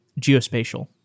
geospatial